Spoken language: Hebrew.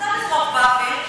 מותר לזרוק באוויר.